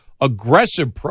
aggressive